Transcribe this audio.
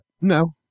No